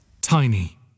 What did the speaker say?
Tiny